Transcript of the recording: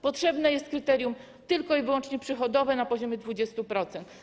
Potrzebne jest kryterium tylko i wyłącznie przychodowe, na poziomie 20%.